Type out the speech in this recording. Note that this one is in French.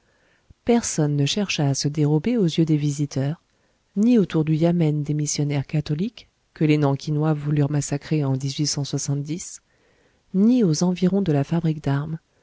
personne ne chercha à se dérober aux yeux des visiteurs ni autour du yamen des missionnaires catholiques que les nankinois voulurent massacrer en ni aux environs de la fabrique d'armes